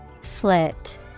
Slit